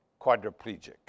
quadriplegic